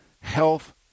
health